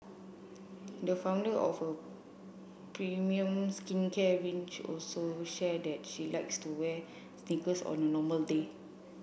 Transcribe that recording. the founder of a premium skincare range also shared that she likes to wear sneakers on a normal day